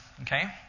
okay